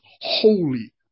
holy